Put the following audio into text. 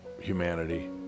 humanity